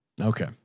Okay